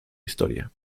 historia